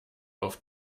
auf